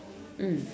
mm